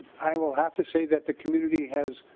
i will have to say that the community has